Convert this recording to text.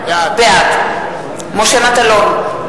בעד משה מטלון,